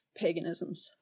paganisms